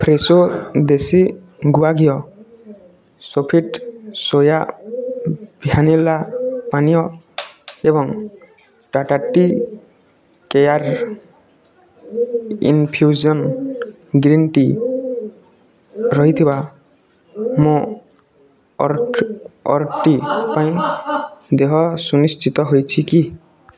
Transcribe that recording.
Fresho ଦେଶୀ ଗୁଆ ଘିଅ ସୋଫିଟ୍ ସୋୟା ଭ୍ୟାନିଲା ପାନୀୟ ଏବଂ Tata tea care infusion green tea ରହିଥିବା ମୋ ଅର୍ଡ଼ର୍ଟି ପାଇଁ ଦେହ ସୁନିଶ୍ଚିତ ହୋଇଛି କି